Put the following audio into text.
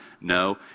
No